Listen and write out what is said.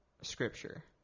scripture